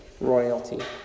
royalty